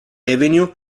avenue